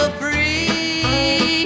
free